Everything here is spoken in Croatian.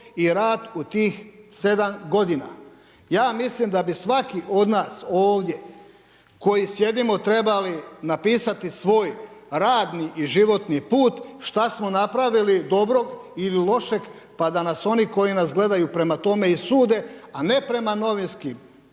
i rad u tih 7 g. Ja mislim da bi svaki od nas ovdje koji sjedimo trebali napisati svoj radni i životni put šta smo napravili dobrog ili lošeg pa da nas oni koji nas gledaju prema tome i sude, a ne prema novinskim